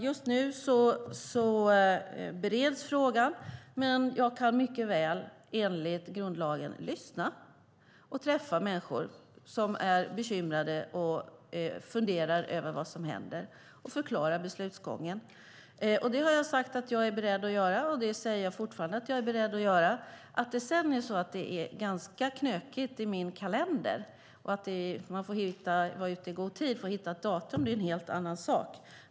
Just nu bereds frågan. Men jag kan enligt grundlagen mycket väl lyssna och träffa människor som är bekymrade och funderar över vad som händer och förklara beslutsgången. Det har jag sagt att jag är beredd att göra, och det säger jag fortfarande att jag är beredd att göra. Att det sedan är ganska knökigt i min kalender och att man får vara ute i god tid för att hitta ett datum är en helt annan sak.